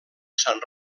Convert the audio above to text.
sant